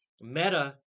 Meta